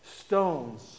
Stones